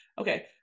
Okay